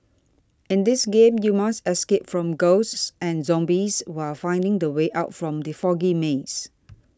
in this game you must escape from ghosts and zombies while finding the way out from the foggy maze